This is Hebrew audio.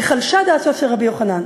וחלשה דעתו של רבי יוחנן.